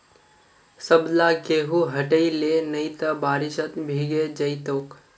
सबला गेहूं हटई ले नइ त बारिशत भीगे जई तोक